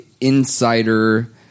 insider